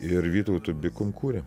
ir vytautu bikum kūrėm